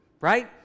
right